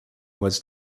was